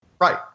Right